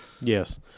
Yes